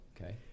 okay